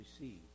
receive